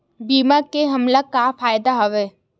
बीमा ले हमला का फ़ायदा हवय?